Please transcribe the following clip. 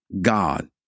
God